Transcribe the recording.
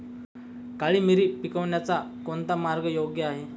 काळी मिरी पिकवण्याचा कोणता मार्ग योग्य आहे?